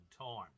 time